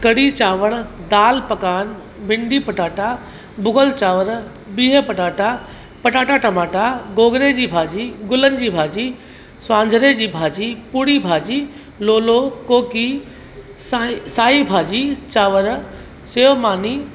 कढ़ी चांवर दाल पकान भिंडी पटाटा भुॻल चांवर बिह पटाटा पटाटा टमाटा गोगिड़े जी भाॼी गुलनि जी भाॼी सुवांजिरे जी भाॼी पुरी भाॼी लोलो कोकी साईं साई भाॼी चांवर सेव मानी